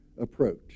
approach